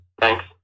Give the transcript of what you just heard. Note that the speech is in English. Thanks